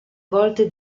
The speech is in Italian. volte